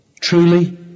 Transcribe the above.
Truly